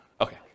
Okay